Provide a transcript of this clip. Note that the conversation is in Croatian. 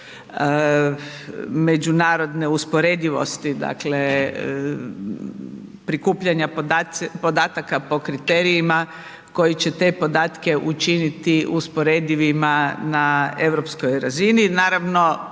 međunarodne usporedivosti, dakle prikupljanja podataka po kriterijima koji će te podatke učiniti usporedivima na europskoj razini.